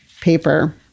paper